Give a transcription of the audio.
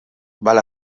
val